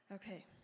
Okay